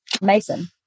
Mason